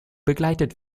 begleitet